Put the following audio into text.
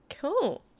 Cool